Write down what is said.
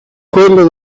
quello